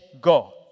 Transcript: God